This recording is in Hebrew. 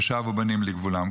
ושבו בנים לגבולם.